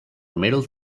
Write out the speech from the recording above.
middle